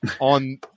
on